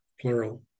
plural